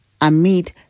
amid